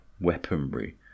weaponry